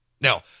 Now